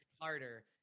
Carter